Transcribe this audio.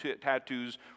tattoos